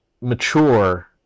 mature